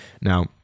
Now